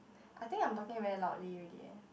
I think I am talking very loudly already eh